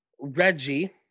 Reggie